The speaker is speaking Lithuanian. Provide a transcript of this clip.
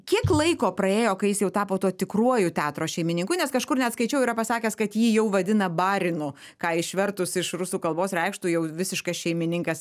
kiek laiko praėjo kai jis jau tapo tuo tikruoju teatro šeimininku nes kažkur net skaičiau yra pasakęs kad jį jau vadina barinu ką išvertus iš rusų kalbos reikštų jau visiškas šeimininkas